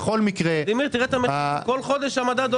ולדימיר, בכל חודש המדד עולה.